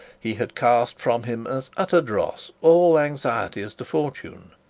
he had cast from him as utter dross all anxiety as to fortune.